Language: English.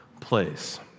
place